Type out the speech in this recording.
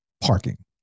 parking